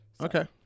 Okay